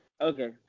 Okay